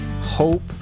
hope